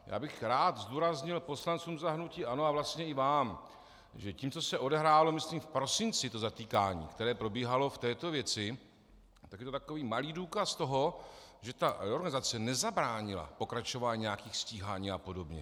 Já bych rád zdůraznil poslancům za hnutí ANO a vlastně i vám, že tím, co se odehrálo myslím v prosinci, to zatýkání, které probíhalo v této věci, tak je to takový malý důkaz toho, že ta reorganizace nezabránila pokračování nějakých stíhání a podobně.